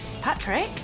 patrick